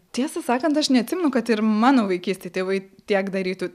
tiesą sakant aš neatsimenu kad ir mano vaikystėje tėvai tiek darytų